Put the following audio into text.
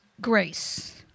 Grace